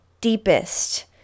deepest